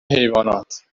حیوانات